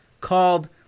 called